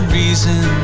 reason